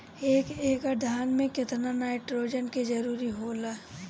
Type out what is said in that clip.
एक एकड़ धान मे केतना नाइट्रोजन के जरूरी होला?